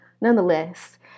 Nonetheless